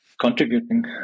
contributing